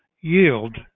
yield